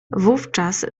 wówczas